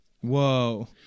Whoa